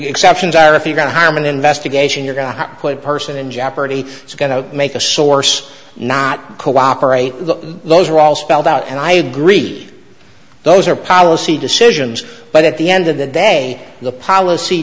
exceptions are if you're going to harm an investigation you're not quite a person in jeopardy is going to make a source not cooperate with those are all spelled out and i agree those are policy decisions but at the end of the day the policy